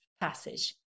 passage